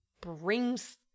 brings